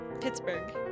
Pittsburgh